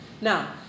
Now